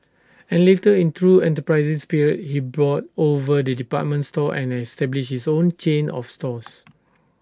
and later in true enterprising spirit he brought over the department store and established his own chain of stores